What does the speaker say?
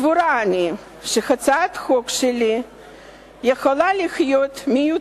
סבורה אני שהצעת החוק שלי היתה יכולה להיות מיותרת